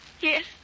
Yes